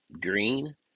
Green